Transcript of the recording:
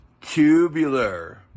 tubular